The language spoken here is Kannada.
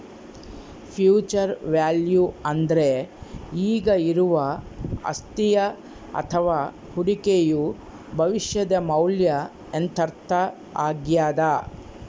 ಫ್ಯೂಚರ್ ವ್ಯಾಲ್ಯೂ ಅಂದ್ರೆ ಈಗ ಇರುವ ಅಸ್ತಿಯ ಅಥವ ಹೂಡಿಕೆಯು ಭವಿಷ್ಯದ ಮೌಲ್ಯ ಎಂದರ್ಥ ಆಗ್ಯಾದ